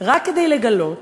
רק כדי לגלות